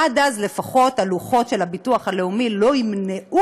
עד אז לפחות הלוחות של הביטוח הלאומי לא ימנעו